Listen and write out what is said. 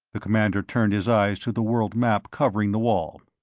the commander turned his eyes to the world map covering the wall.